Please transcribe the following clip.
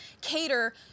cater